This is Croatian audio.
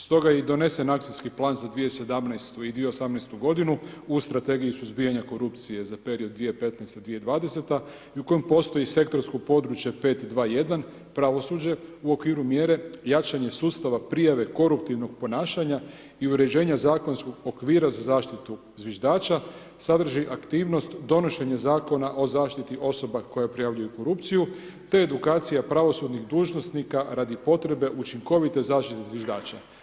Stoga je i donesen akcijski plan za 2017. i dio 2018. g. u strategiji suzbijanja korupcije za period 2015.-2020. i u kojem postoji sektorsko područje 5.2.1. pravosuđe u okviru mjere jačanje sustava prijave, koruptivnog ponašanja i uređenje zakonskog okvira za zaštitu zviždača sadrži aktivnost donošenje zakona o zaštiti osoba koje prijavljuju korupciju, te edukacija pravosudnih dužnosnika, radi potrebe učinkovite zaštite zviždača.